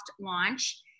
launch